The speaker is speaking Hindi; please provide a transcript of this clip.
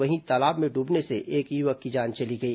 वहीं तालाब में डूबने से एक युवक की जान चली गई